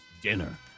dinner